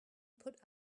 put